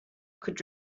could